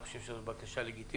אני חושב שזו בקשה לגיטימית.